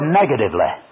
negatively